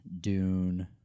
dune